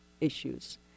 issues